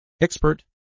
Expert